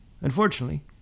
Unfortunately